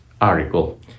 article